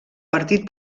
partit